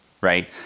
right